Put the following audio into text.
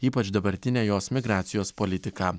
ypač dabartinę jos migracijos politiką